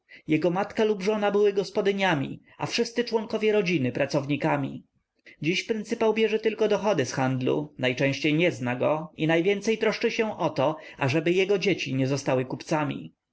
jego matka lub żona były gospodyniami a wszyscy członkowie rodziny pracownikami dziś pryncypał bierze tylko dochody z handlu najczęściej nie zna go i najwięcej troszczy się o to ażeby jego dzieci nie zostały kupcami nie